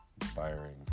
inspiring